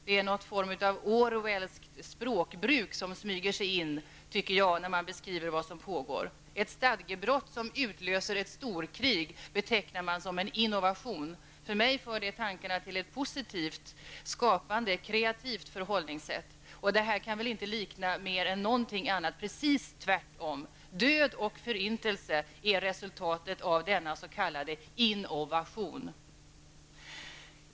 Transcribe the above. Det är en form av Orwellskt språkbruk som smyger sig in när man beskriver vad som pågår. Ett stadgebrott som utlyser ett storkrig betecknar man som en innovation, något som hos mig för tankarna till ett positivt skapande och kreativt förhållningssätt. Det här kan inte likna någonting annat än raka motsatsen. Död och förintelse är resultatet av denna s.k. innovation.